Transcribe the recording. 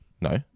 No